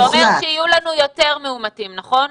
זה אומר שיהיו לנו יותר מאומתים, נכון?